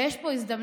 ויש פה הזדמנות.